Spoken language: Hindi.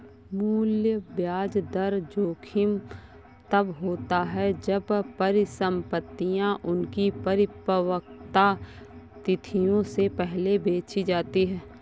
मूल्य ब्याज दर जोखिम तब होता है जब परिसंपतियाँ उनकी परिपक्वता तिथियों से पहले बेची जाती है